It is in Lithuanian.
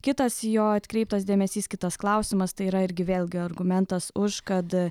kitas jo atkreiptas dėmesys kitas klausimas tai yra irgi vėlgi argumentas už kad